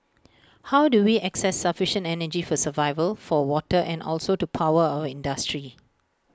how do we access sufficient energy for survival for water and also to power our industry